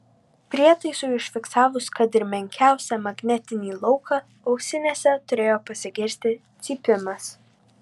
prietaisui užfiksavus kad ir menkiausią magnetinį lauką ausinėse turėjo pasigirsti cypimas